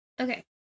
Okay